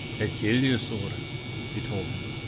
i tell ye, sorr he told him,